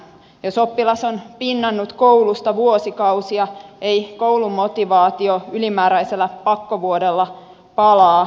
jos oppilas on pinnannut koulusta vuosikausia ei koulumotivaatio ylimääräisellä pakkovuodella palaa